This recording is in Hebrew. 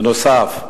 בנוסף,